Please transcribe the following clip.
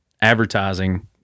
advertising